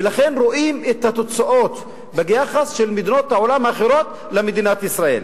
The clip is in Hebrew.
ולכן רואים את התוצאות ביחס של מדינות העולם האחרות למדינת ישראל.